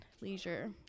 Leisure